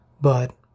But